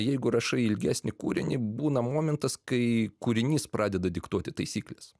jeigu rašai ilgesnį kūrinį būna momentas kai kūrinys pradeda diktuoti taisykles